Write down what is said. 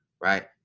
right